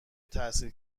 تحصیل